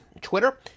Twitter